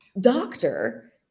doctor